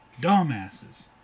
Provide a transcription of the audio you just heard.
Dumbasses